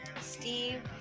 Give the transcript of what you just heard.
Steve